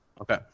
Okay